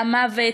והמוות,